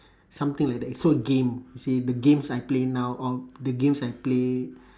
something like that is all game you see the games I play now or the games I play